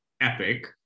epic